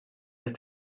les